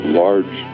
large